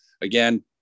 Again